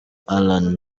alain